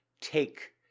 take